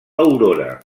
aurora